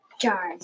Jars